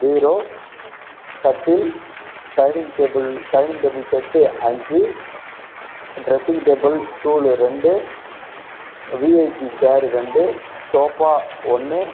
பீரோ கட்டில் dining table dining table set அஞ்சு dressing table stool ரெண்டு விஐபி சேர் ரெண்டு சோஃபா ஒன்று